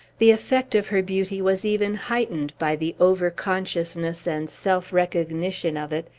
the effect of her beauty was even heightened by the over-consciousness and self-recognition of it,